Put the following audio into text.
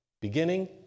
beginning